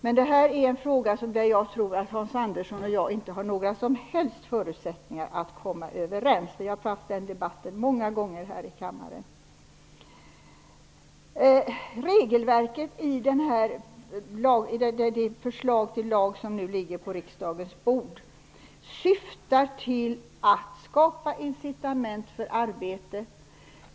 Men det här är en fråga där jag tror att Hans Andersson och jag inte har några som helst förutsättningar att komma överens. Vi har fört en debatt om detta många gånger i kammaren. Regelverket i det förslag till lag som nu ligger på riksdagens bord syftar till att skapa incitament för arbete.